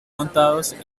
montados